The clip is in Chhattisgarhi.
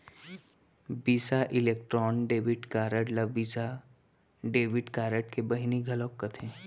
बिसा इलेक्ट्रॉन डेबिट कारड ल वीसा डेबिट कारड के बहिनी घलौक कथें